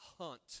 hunt